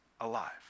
alive